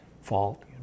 fault